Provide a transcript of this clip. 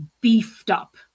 beefed-up